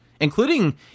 Including